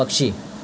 पक्षी